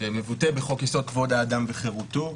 שמבוטא בחוק יסוד: כבוד האדם וחירותו.